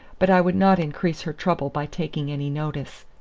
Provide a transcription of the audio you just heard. but i would not increase her trouble by taking any notice.